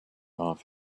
off